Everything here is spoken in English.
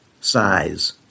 size